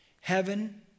Heaven